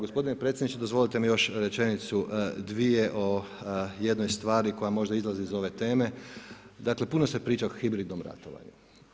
Gospodine predsjedniče dozvolite mi još rečenicu, dvije, o jednoj stvari koja možda izlazi iz ove teme, dakle, puno se priča o hibridnom ratovanju.